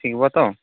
ଥିବ ତ